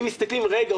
אם מסתכלים רגע,